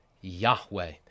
Yahweh